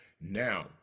now